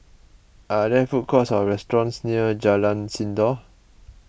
are there food courts or restaurants near Jalan Sindor